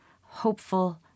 hopeful